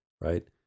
right